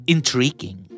Intriguing